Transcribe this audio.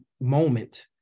moment